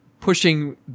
pushing